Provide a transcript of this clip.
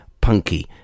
Punky